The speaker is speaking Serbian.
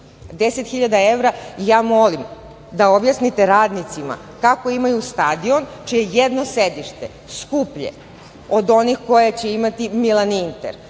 hiljada evra. Molim da objasnite radnicima kako imaju stadion čije jedno sedište je skuplje od onih koje će imati „Milan“ i „Inter“,